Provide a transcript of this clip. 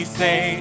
say